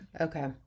Okay